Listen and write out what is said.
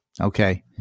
Okay